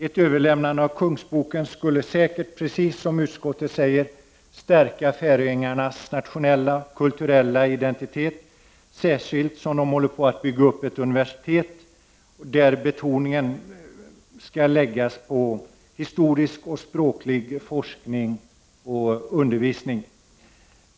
Ett överlämnande av Kungsboken skulle säkert — precis som utskottet säger — stärka färöingarnas nationella och kulturella identitet, särskilt som man håller på att bygga upp ett universitet med betoning på historisk och språklig forskning och undervisning.